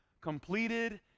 completed